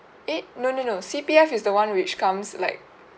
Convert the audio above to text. eh no no no C_P_F is the one which comes like